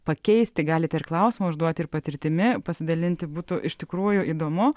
pakeisti galite ir klausimą užduoti ir patirtimi pasidalinti būtų iš tikrųjų įdomu